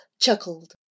chuckled